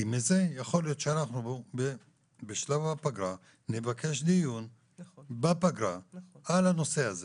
כי מזה יכול להיות שבשלב הפגרה אנחנו נבקש דיון בפגרה על הנושא הזה,